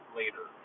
later